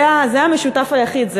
זה המשותף היחיד.